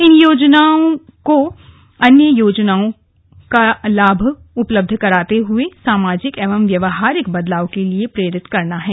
इन लाभार्थियों को अन्य योजनाओं का लाभ उपलब्ध कराते हुए सामाजिक एवं व्यवहारिक बदलाव के लिए प्रेरित करना है